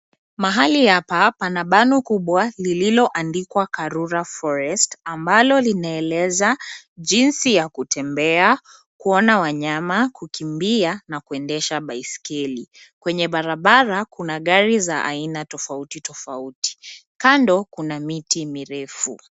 Mahali hapa pana bango kubwa lililoandikwa Karura Forest ambalo linaeleza jinsi ya kutembea, kuona wanyama, kukimbia na kuendesha baiskeli. Kwenye barabara kuna gari za aina tofauti, tofauti. Kando kuna miti mirefu.